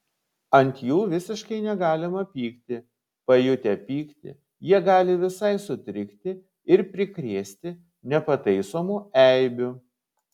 ant jų visiškai negalima pykti pajutę pyktį jie gali visai sutrikti ir prikrėsti nepataisomų eibių